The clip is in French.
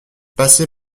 passer